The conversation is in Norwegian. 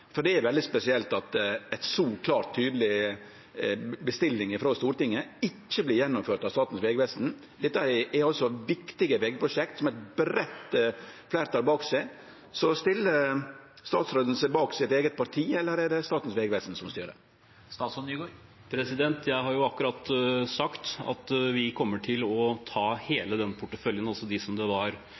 For det er veldig spesielt at ei så klar og tydeleg bestilling frå Stortinget ikkje vert gjennomført av Statens vegvesen. Dette er viktige vegprosjekt som har eit breitt fleirtal bak seg. Så stiller statsråden seg bak sitt eige parti, eller er det Statens vegvesen som styrer? Jeg har jo akkurat sagt at vi kommer til å ta hele den porteføljen, altså det som det var